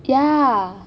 ya